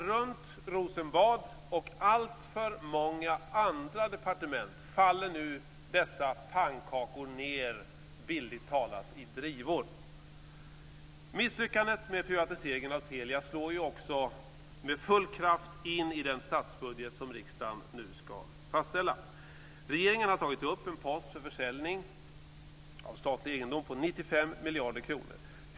Runt Rosenbad och alltför många andra departementsbyggnader faller nu, bildligt talat, dessa pannkakor ned i drivor. Misslyckandet med privatiseringen av Telia slår också med full kraft in i den statsbudget som riksdagen nu ska fastställa. Regeringen har tagit upp en pott för försäljning av statlig egendom om 95 miljarder kronor.